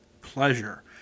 pleasure